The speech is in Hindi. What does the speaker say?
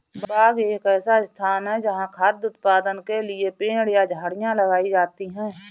बाग एक ऐसा स्थान है जहाँ खाद्य उत्पादन के लिए पेड़ या झाड़ियाँ लगाई जाती हैं